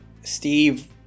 Steve